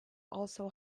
also